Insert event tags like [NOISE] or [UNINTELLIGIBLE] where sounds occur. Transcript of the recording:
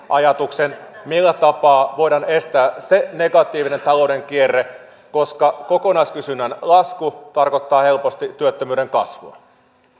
[UNINTELLIGIBLE] ajatuksen millä tapaa voidaan estää se negatiivinen talouden kierre koska kokonaiskysynnän lasku tarkoittaa helposti työttömyyden kasvua